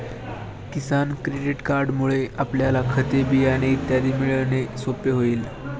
किसान credit कार्डमुळे आपल्याला खते, बियाणे इत्यादी मिळणे सोपे होईल